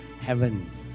heavens